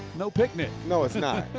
no picnic. no, it's not.